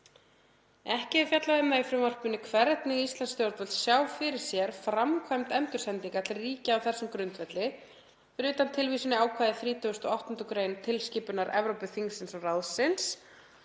Ekki er fjallað um það í frumvarpinu hvernig íslensk stjórnvöld sjá fyrir sér framkvæmd endursendinga til ríkja á þessum grundvelli fyrir utan tilvísun í ákvæði 38. gr. tilskipunar Evrópuþingsins og ráðsins